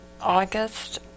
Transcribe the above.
August